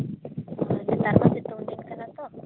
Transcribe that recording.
ᱱᱮᱛᱟᱨ ᱢᱟ ᱥᱮᱛᱳᱝ ᱫᱤᱱ ᱠᱟᱱᱟ ᱛᱚ